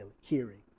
hearing